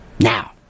Now